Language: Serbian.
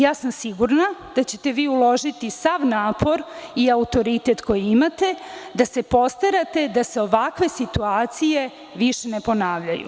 Ja sam sigurna da ćete vi uložiti sav napor i autoritet koji imate da se postarate da se ovakve situacije više ne ponavljaju.